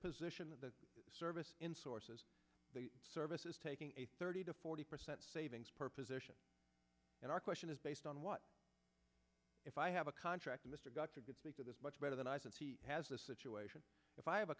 position that the service in sources the service is taking a thirty to forty percent savings per position and our question is based on what if i have a contractor mr got to get sick of this much better than i since he has a situation if i have a